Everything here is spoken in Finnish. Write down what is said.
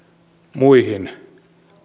muihin